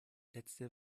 letzte